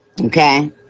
Okay